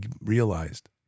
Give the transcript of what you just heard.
realized